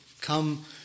come